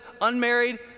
unmarried